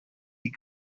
die